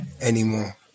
Anymore